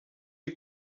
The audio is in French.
est